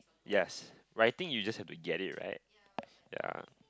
yes writing you just have to get it right ya